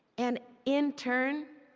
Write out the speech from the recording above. and intern,